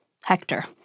Hector